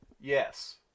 Yes